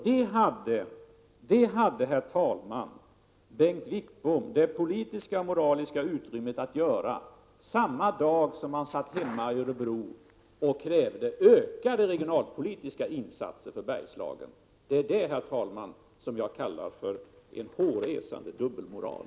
Detta hade, herr talman, Bengt Wittbom det politiska och moraliska utrymmet att göra samma dag som han satt hemma i Örebro och krävde ökade regionalpolitiska insatser för Bergslagen. Det är detta, herr talman, som jag kallar för en hårresande dubbelmoral.